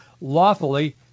lawfully